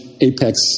apex